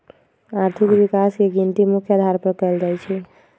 आर्थिक विकास के गिनती मुख्य अधार पर कएल जाइ छइ